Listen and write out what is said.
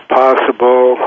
possible